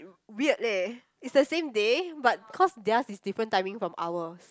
weird leh it's the same day but cause theirs is different timing from ours